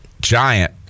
Giant